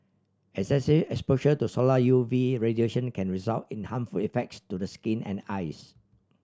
exposure to solar U V radiation can result in harmful effects to the skin and eyes